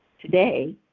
Today